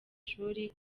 shuri